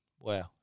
Wow